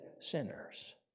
Sinners